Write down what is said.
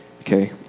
Okay